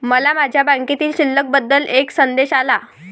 मला माझ्या बँकेतील शिल्लक बद्दल एक संदेश आला